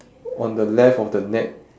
on the left of the net